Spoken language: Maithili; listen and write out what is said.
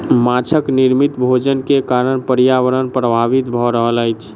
माँछक निर्मित भोजन के कारण पर्यावरण प्रभावित भ रहल अछि